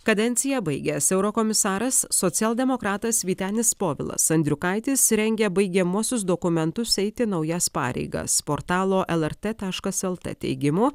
kadenciją baigęs eurokomisaras socialdemokratas vytenis povilas andriukaitis rengia baigiamuosius dokumentus eiti naujas pareigas portalo lrt taškas lt teigimu